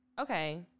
Okay